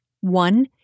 One